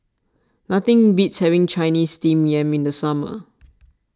nothing beats having Chinese Steamed Yam in the summer